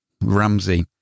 Ramsey